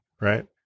right